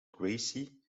gracie